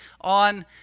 on